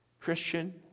Christian